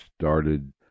started